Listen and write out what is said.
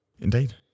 Indeed